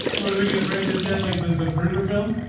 what are we going to break this down? like, this is a printer film.